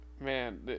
Man